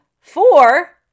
four